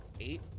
eight